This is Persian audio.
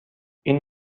این